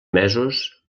mesos